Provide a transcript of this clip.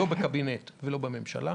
לא בקבינט ולא בממשלה